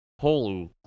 holy